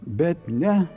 bet ne